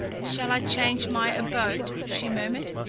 shall i change my abode? she murmured.